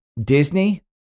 Disney